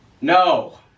No